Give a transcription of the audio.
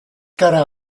gara